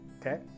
Okay